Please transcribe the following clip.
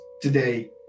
today